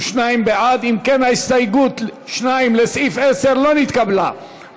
אם כן, הסתייגות 2, לסעיף 10, לא נתקבלה.